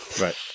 right